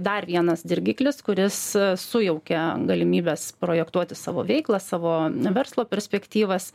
dar vienas dirgiklis kuris sujaukia galimybes projektuoti savo veiklą savo verslo perspektyvas